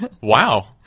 Wow